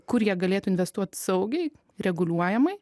kur jie galėtų investuot saugiai reguliuojamai